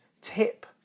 tip